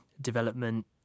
development